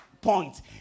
point